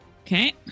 Okay